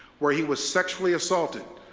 where he was sexually assaulted,